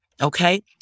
Okay